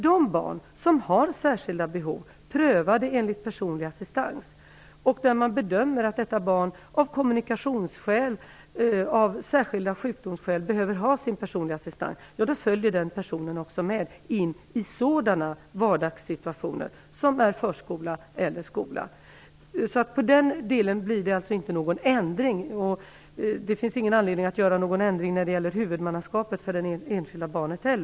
De barn som har särskilda behov, prövade enligt bestämmelserna om personlig assistans, och som av kommunikationsskäl eller på grund av sjukdom bedöms behöva personlig assistans får ta med sig sin personliga assistent i de vardagssituationer som förskola eller skola innebär. Det blir alltså inte fråga om någon ändring i det fallet. Det finns heller ingen anledning att göra någon ändring vad gäller huvudmannaskapet för det enskilda barnet.